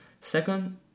Second